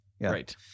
Right